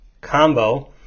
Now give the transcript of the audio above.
combo